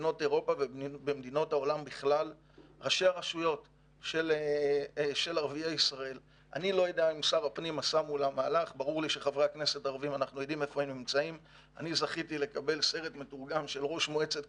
AP. כשהייתי הקונסול הכללי בניו יורק באמצע 2019